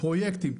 פרויקטים,